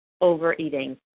overeating